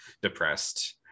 depressed